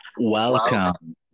Welcome